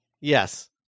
Yes